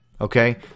okay